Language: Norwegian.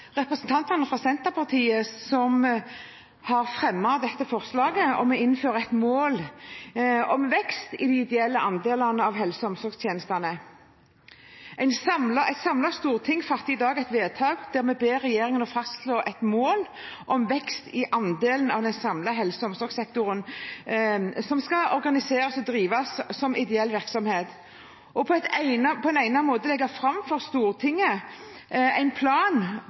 har fremmet dette forslaget om å innføre et mål om vekst i de ideelle andelene av helse- og omsorgstjenestene. Et samlet storting fatter i dag et vedtak der vi ber regjeringen fastslå et mål om vekst i andelen av den samlede helse- og omsorgssektoren som skal organiseres og drives som ideell virksomhet, og på egnet måte legge fram for Stortinget en plan